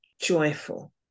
joyful